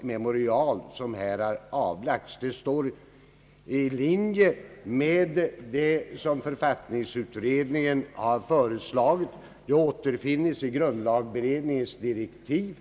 memorial som här har avlämnats. Det står i linje med det som författningsutredningen har föreslagit. Det återfinns i grundlagberedningens direktiv.